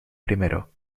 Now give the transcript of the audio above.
primero